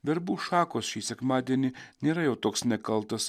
verbų šakos šį sekmadienį nėra jau toks nekaltas